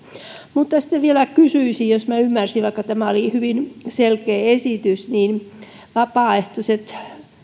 mutta sitten vielä kysyisin jos minä ymmärsin oikein vaikka tämä oli hyvin selkeä esitys nämä vapaaehtoiset